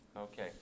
Okay